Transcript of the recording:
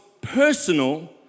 personal